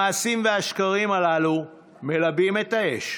המעשים והשקרים הללו מלבים את האש,